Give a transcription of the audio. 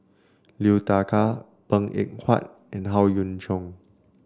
Liu Thai Ker Png Eng Huat and Howe Yoon Chong